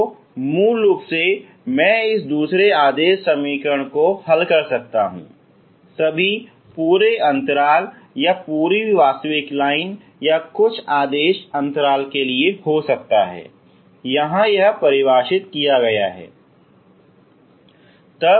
तो मूल रूप से मैं इस दूसरे आदेश समीकरण को हल कर सकता हूँ सभी पूरे अंतराल या पूरी वास्तविक लाइन या कुछ आदेश अंतराल के लिए हो सकता है जहां यह परिभाषित किया गया है